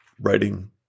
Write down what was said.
writing